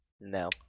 No